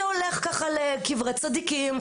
שהולך ככה לקברי צדיקים,